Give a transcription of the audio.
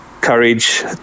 courage